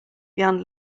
vian